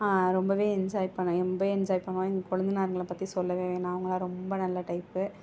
ரொம்ப என்ஜாய் பண்ணுவோம் ரொம்ப என்ஜாய் பண்ணுவோம் எங்கள் கொளுந்தனார்ங்களை பற்றி சொல்லவே வேணாம் அவங்களாம் ரொம்ப நல்ல டைப்பு